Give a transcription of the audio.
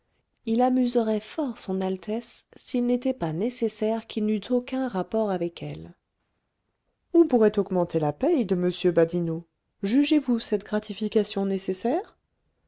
il amuserait fort son altesse s'il n'était pas nécessaire qu'il n'eût aucun rapport avec elle on pourrait augmenter la paye de m badinot jugez-vous cette gratification nécessaire